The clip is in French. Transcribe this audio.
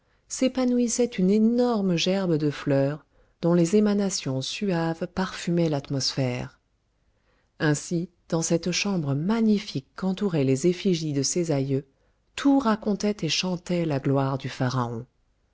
s'épanouissait une énorme gerbe de fleurs dont les émanations suaves parfumaient l'atmosphère ainsi dans cette chambre magnifique qu'entouraient les effigies de ses aïeux tout racontait et chantait la gloire du pharaon